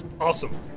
Awesome